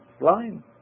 line